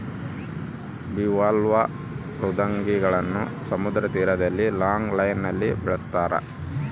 bivalve ಮೃದ್ವಂಗಿಗಳನ್ನು ಸಮುದ್ರ ತೀರದಲ್ಲಿ ಲಾಂಗ್ ಲೈನ್ ನಲ್ಲಿ ಬೆಳಸ್ತರ